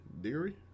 Deary